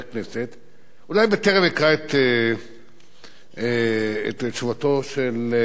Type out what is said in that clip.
אולי בטרם אקרא את תשובתו של השר לנדאו,